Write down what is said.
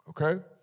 okay